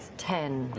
ten.